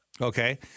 Okay